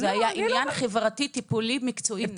זה היה עניין חברתי, טיפולי, מקצועי נטו.